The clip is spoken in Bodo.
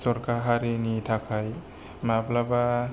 जर'खा हारिनि थाखाय माब्लाबा